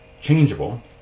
changeable